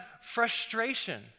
frustration